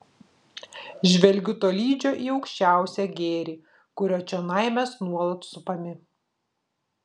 žvelgiu tolydžio į aukščiausią gėrį kurio čionai mes nuolat supami